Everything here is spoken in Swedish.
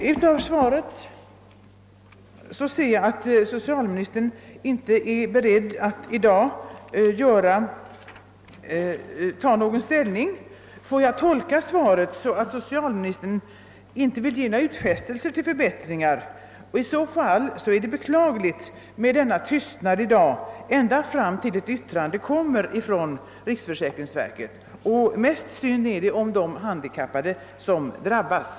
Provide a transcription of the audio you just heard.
Av socialministerns svar finner jag att statsrådet inte är beredd att i dag ta ställning till denna fråga. Jag undrar nu om svaret kan tolkas så, att socialministern i dag inte vill göra några utfästelser om förbättringar. Om så är fallet finner jag statsrådets tystnad beklaglig, eftersom den innebär att man får vänta till dess ett yttrande kommer från riksförsäkringsverket. Och mest beklagligt är det givetvis för de handikappade som blir drabbade.